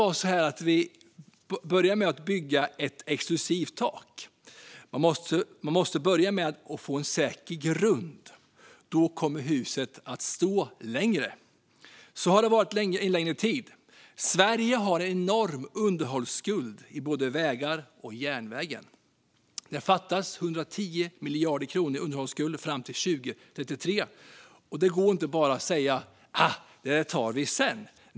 Vi kan inte börja med att bygga ett exklusivt tak. Man måste börja med att få en säker grund; då kommer huset att stå längre. Så har det varit en längre tid. Sverige har en enorm underhållsskuld i både vägar och järnvägar. Det fattas 110 miljarder kronor i underhållsskuld fram till 2033. Det går inte bara att säga att det där tar vi sedan.